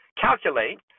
calculate